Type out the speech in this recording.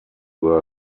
were